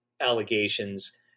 allegations